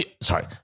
sorry